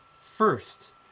First